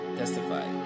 testify